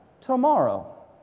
tomorrow